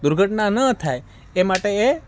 દુર્ઘટના ન થાય એ માટે એ